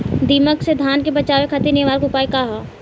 दिमक से धान के बचावे खातिर निवारक उपाय का ह?